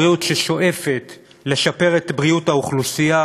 ששואפת לשפר את בריאות האוכלוסייה,